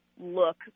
look